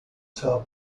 tub